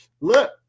Look